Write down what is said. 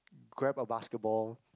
grab a basketball